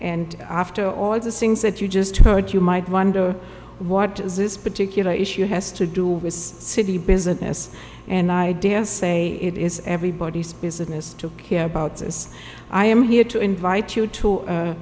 and after all it's a sings that you just heard you might wonder what is this particular issue has to do with city business and i did say it is everybody's business to care about says i am here to invite you to